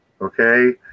okay